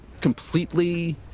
completely